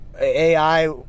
AI